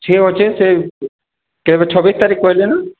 ଠିକ ଅଛି ସେ କେବେ ଛବିଶ ତାରିଖ କହିଲେ ନା